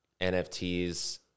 NFTs